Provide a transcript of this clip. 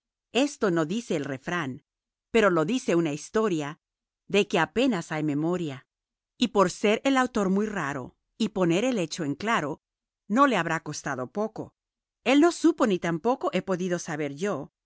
esto no dice el refrán pero lo dice una historia de que apenas hay memoria por ser el autor muy raro él no supo ni tampoco he podido saber yo